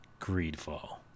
Greedfall